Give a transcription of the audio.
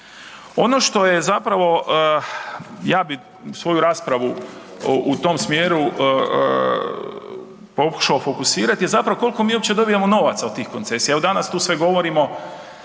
Ono što je zapravo, ja bih svoju raspravu u tom smjeru pokušao fokusirati je zapravo koliko mi uopće dobivamo novaca od tih koncesija,